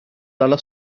dalla